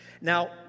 Now